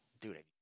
dude